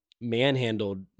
manhandled